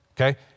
okay